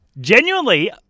Genuinely